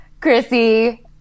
Chrissy